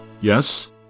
Yes